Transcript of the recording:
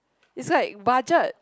it's like budget